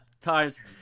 times